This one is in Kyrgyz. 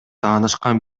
таанышкан